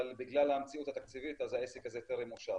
אבל בגלל המציאות התקציבית העסק הזה טרם אושר.